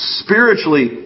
spiritually